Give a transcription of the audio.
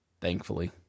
Thankfully